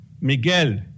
Miguel